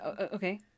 Okay